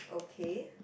okay